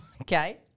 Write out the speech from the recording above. Okay